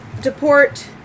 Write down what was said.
deport